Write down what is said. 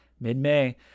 Mid-May